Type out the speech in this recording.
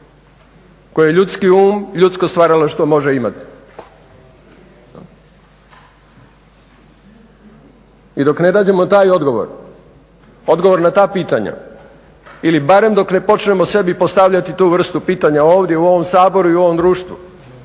koje ljudski um, ljudsko stvaralaštvo može imati. I dok ne nađemo taj odgovor, odgovor na ta pitanja ili barem dok ne počnemo sebi postavljati tu vrstu pitanja ovdje u ovom Saboru i u ovom društvu